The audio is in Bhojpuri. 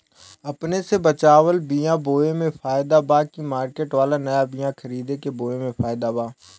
अपने से बचवाल बीया बोये मे फायदा बा की मार्केट वाला नया बीया खरीद के बोये मे फायदा बा?